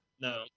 No